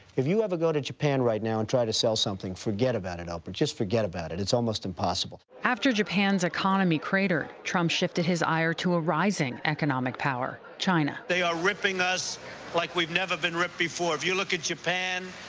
if you ever go to japan right now and try to sell something, forget about it, oprah, just forget about it, it's almost impossible. sullivan after japan's economy cratered, trump shifted his ire to a rising economic power, china. they are ripping us like we've never been ripped before. if you look at japan,